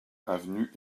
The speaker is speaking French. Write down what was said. avenue